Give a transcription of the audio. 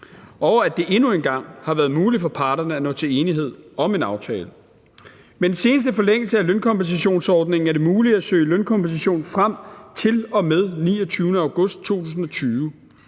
og at det har endnu en gang været muligt for parterne at nå til enighed om en aftale. Med den seneste forlængelse af lønkompensationsordningen er det muligt at søge lønkompensation frem til og med 29. august 2020.